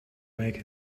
make